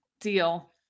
Deal